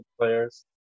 players